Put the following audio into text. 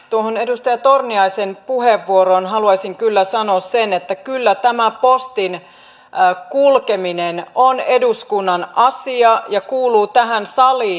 tuohon edustaja torniaisen puheenvuoroon haluaisin kyllä sanoa sen että kyllä tämä postin kulkeminen on eduskunnan asia ja kuuluu tähän saliin